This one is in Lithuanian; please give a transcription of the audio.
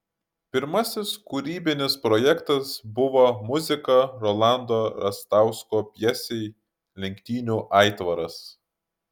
pirmasis kūrybinis projektas buvo muzika rolando rastausko pjesei lenktynių aitvaras